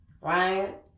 right